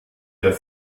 der